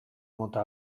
mota